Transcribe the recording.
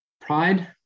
pride